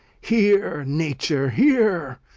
hear, nature, hear!